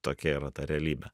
tokia yra ta realybė